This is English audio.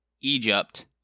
Egypt